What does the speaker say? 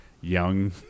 young